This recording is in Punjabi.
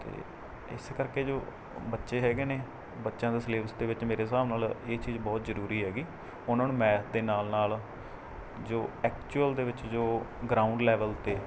ਅਤੇ ਇਸ ਕਰਕੇ ਜੋ ਬੱਚੇ ਹੈਗੇ ਨੇ ਬੱਚਿਆਂ ਦੇ ਸਿਲੇਬਸ ਦੇ ਵਿੱਚ ਮੇਰੇ ਹਿਸਾਬ ਨਾਲ ਇਹ ਚੀਜ਼ ਬਹੁਤ ਜ਼ਰੂਰੀ ਹੈਗੀ ਉਨ੍ਹਾਂ ਨੂੰ ਮੈਥ ਦੇ ਨਾਲ ਨਾਲ ਜੋ ਐਕਚੂਅਲ ਦੇ ਵਿੱਚ ਜੋ ਗਰਾਉਂਡ ਲੈਵਲ 'ਤੇ